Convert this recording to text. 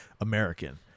American